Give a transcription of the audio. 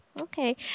okay